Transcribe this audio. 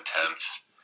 intense